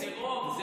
זה רוב.